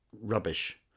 rubbish